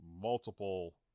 multiple